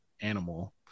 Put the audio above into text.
animal